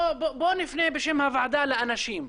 בוא נפנה בשם הוועדה לאנשים,